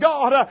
God